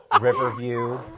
Riverview